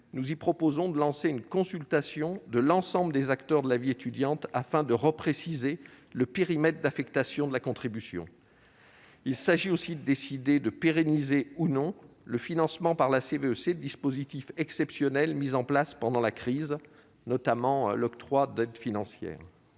nous y proposons de lancer une consultation de l'ensemble des acteurs de la vie étudiante afin de préciser le périmètre d'affectation de la contribution. Il s'agit aussi de décider s'il faut pérenniser, ou non, le financement par la CVEC de dispositifs exceptionnels mis en place pendant la crise, notamment l'octroi d'aides financières.